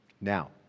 Now